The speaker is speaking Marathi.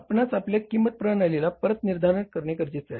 आपणास आपल्या किंमत प्रणालीला परत निर्धारण करणे गरजेचे आहे